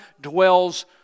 dwells